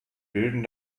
bilden